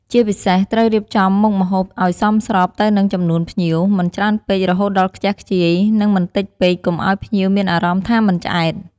ជាពិសេសត្រូវរៀបចំមុខម្ហូបឲ្យសមស្របទៅនឹងចំនួនភ្ញៀវ មិនច្រើនពេករហូតដល់ខ្ជះខ្ជាយ និងមិនតិចពេកកុំឲ្យភ្ញៀវមានអារម្មណ៍ថាមិនឆ្អែត។